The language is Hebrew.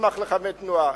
שמוסמך לכוון תנועה,